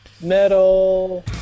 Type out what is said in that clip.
metal